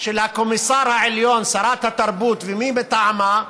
של הקומיסר העליון, שרת התרבות ומי מטעמה,